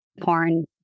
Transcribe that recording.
porn